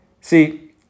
See